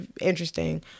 interesting